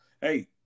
hey